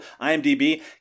IMDB